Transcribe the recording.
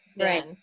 Right